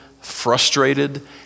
frustrated